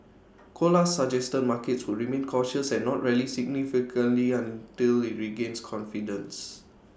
Colas suggested markets would remain cautious and not rally significantly until IT regains confidence